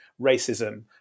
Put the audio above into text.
racism